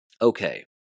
Okay